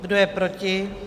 Kdo je proti?